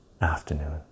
afternoon